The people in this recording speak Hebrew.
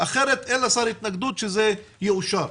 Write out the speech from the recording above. אחרת אין לשר התנגדות שזה יאושר?